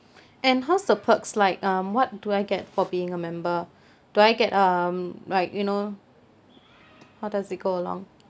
and how's the perks like um what do I get for being a member do I get um like you know how does it go along